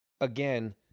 again